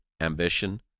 ambition